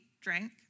drank